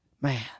Man